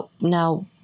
Now